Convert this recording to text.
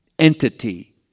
entity